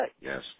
Yes